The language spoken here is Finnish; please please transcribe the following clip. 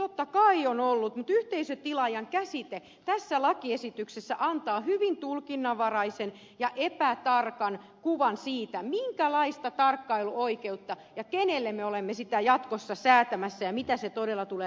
totta kai on ollut mutta yhteisötilaajan käsite tässä lakiesityksessä antaa hyvin tulkinnanvaraisen ja epätarkan kuvan siitä minkälaista tarkkailuoikeutta ja kenelle me olemme jatkossa säätämässä ja mitä se todella tulee tarkoittamaan